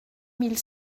mille